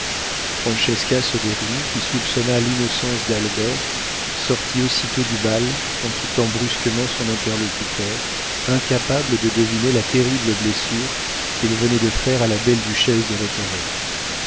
francesca soderini qui soupçonna l'innocence d'albert sortit aussitôt du bal en quittant brusquement son interlocuteur incapable de deviner la terrible blessure qu'il venait de faire à la belle duchesse de